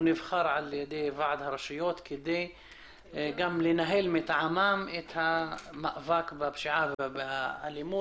נבחר על ידי ועד הרשויות כדי לנהל מטעמם את המאבק בפשיעה ובאלימות.